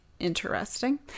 interesting